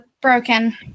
broken